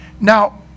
Now